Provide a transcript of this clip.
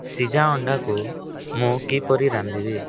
ସିଝା ଅଣ୍ଡାକୁ ମୁଁ କିପରି ରାନ୍ଧିବି